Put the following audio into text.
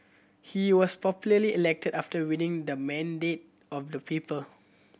he was popularly elected after winning the mandate of the people